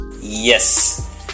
Yes